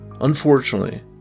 Unfortunately